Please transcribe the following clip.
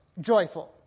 joyful